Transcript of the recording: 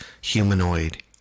humanoid